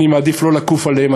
אני מעדיף לא לכוף עליהם,